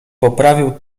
poprawił